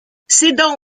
cédant